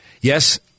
Yes